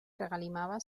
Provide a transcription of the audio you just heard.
regalimava